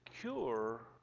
cure